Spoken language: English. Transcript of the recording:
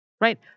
right